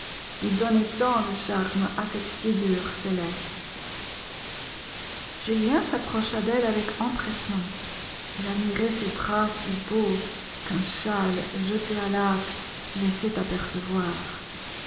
qui donnait tant de charmes à cette figure céleste julien s'approcha d'elle avec empressement il admirait ces bras si beaux qu'un châle jeté à la hâte laissait apercevoir